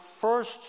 first